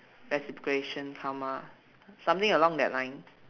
reciprocation karma something along that line